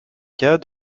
cas